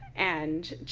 and!